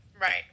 Right